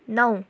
नौ